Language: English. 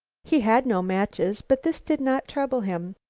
he had no matches, but this did not trouble him.